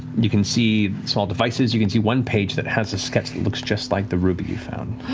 you can see small devices, you can see one page that has a sketch that looks just like the ruby you found.